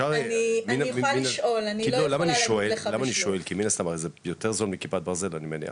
כי מן הסתם זה יותר זול מכיפת ברזל, אני מניח,